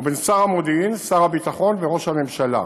ובין שר המודיעין, שר הביטחון וראש הממשלה.